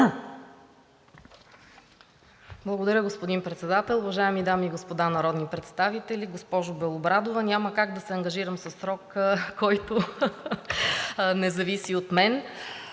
Благодаря, господин Председател. Уважаеми дами и господа народни представители! Госпожо Белобрадова, няма как да се ангажирам със срок, който не зависи от мен.